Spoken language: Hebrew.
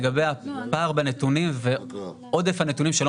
לגבי הפער בנתונים ועודף הנתונים שלא